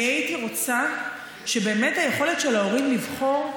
אני הייתי רוצה שבאמת היכולת של ההורים לבחור,